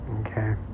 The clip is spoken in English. Okay